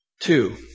Two